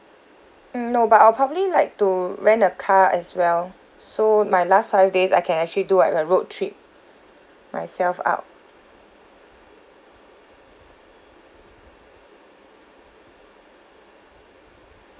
mm no but I'd probably like to rent a car as well so my last five days I can actually do like a road trip myself out